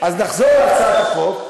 נחזור להצעת החוק.